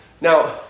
Now